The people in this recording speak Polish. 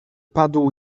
padł